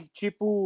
tipo